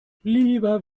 lieber